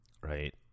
right